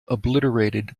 obliterated